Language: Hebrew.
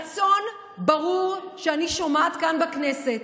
אפרת, הוא לא מגביל אותך בזמן.